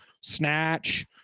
Snatch